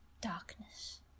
darkness